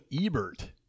Ebert